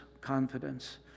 confidence